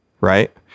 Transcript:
right